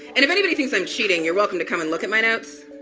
and if anybody thinks i'm cheating, you're welcome to come and look at my notes